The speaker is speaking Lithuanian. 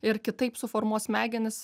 ir kitaip suformuos smegenis